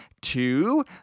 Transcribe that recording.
two